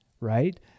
right